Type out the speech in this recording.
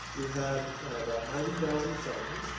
we had about ninety thousand songs.